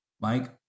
Mike